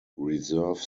reserve